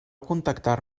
contactar